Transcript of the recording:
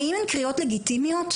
האם הן קריאות לגיטימיות?